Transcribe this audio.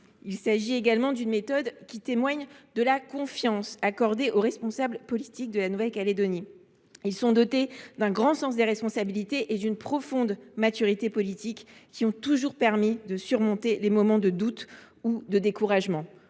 Il s’agit également d’une méthode qui témoigne de la confiance accordée aux responsables politiques de la Nouvelle Calédonie. Ceux ci font preuve d’un grand sens des responsabilités et d’une profonde maturité politique, qui ont toujours permis de surmonter les moments de doute ou de découragement.